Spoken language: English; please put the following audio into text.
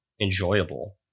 enjoyable